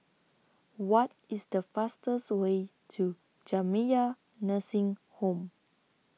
What IS The fastest Way to Jamiyah Nursing Home